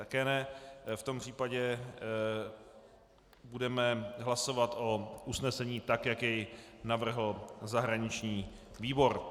V tom případě budeme hlasovat o usnesení tak, jak jej navrhl zahraniční výbor.